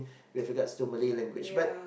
with regards to Malay language but